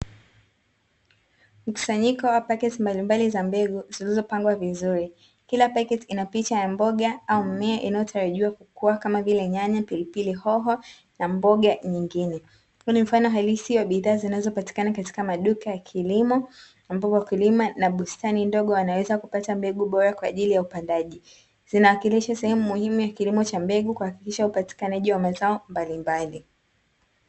Mkusanyiko wa paketi mbalimbali za mbegu zilizopangwa vizuri. Kila paketi ina picha ya mboga au mmea inayotarajiwa kukua kama vile nyanya, pilipili hoho, na mboga nyingine. Huu ni mfano halisi wa bidhaa zinazopatikana katika maduka ya kilimo, ambapo wakulima na bustani ndogo wanaweza kupata mbegu bora kwa ajili ya upandaji. Zinawakilisha sehemu muhimu ya kilimo cha mbegu kuhakikisha upatikanaji wa mazao mbalimbali.